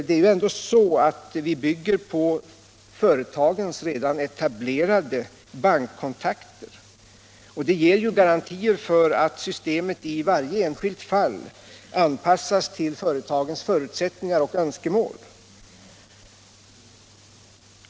Det är ju ändå så att vi bygger på företagens redan etablerade bankkontakter, och det ger garantier för att systemet i varje enskilt fall anpassas till företagens förutsättningar och önskemål.